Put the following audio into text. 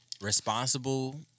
Responsible